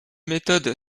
méthode